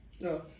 No